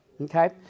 okay